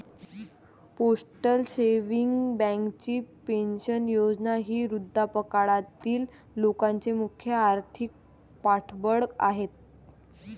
postal savings बँकेची pension योजना ही वृद्धापकाळातील लोकांचे मुख्य आर्थिक पाठबळ आहे